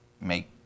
make